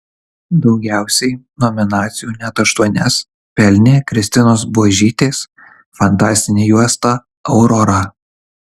daugiausiai nominacijų net aštuonias pelnė kristinos buožytės fantastinė juosta aurora